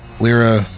Lyra